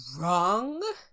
wrong